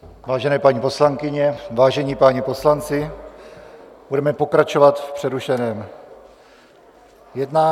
Vážené paní poslankyně, vážení páni poslanci, budeme pokračovat v přerušeném jednání.